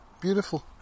beautiful